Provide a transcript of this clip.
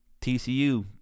TCU